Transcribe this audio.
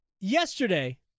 yesterday